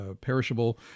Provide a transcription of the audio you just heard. perishable